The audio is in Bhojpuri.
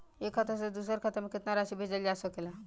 एक खाता से दूसर खाता में केतना राशि भेजल जा सके ला?